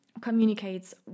communicates